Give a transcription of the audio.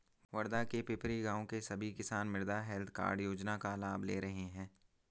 वर्धा के पिपरी गाँव के सभी किसान मृदा हैल्थ कार्ड योजना का लाभ ले रहे हैं